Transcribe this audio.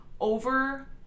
over